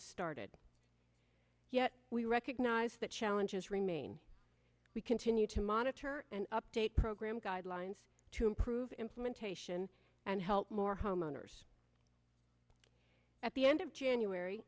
started yet we recognize that challenges remain we continue to monitor and update program guidelines to improve implementation and help more homeowners at the end of january